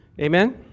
Amen